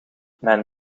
mijn